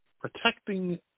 Protecting